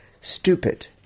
Stupid